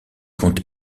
compte